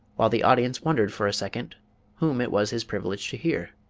while the audience wondered for a second whom it was his privilege to hear